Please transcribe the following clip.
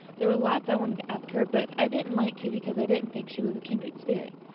there were lots i wanted to ask her, but i didn't like to because i didn't think she was a kindred spirit.